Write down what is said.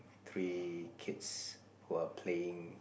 three kids who are playing